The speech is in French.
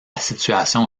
situation